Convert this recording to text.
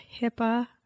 HIPAA